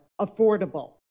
affordable